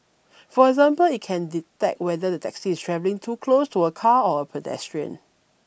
for example it can detect whether the taxi is travelling too close to a car or a pedestrian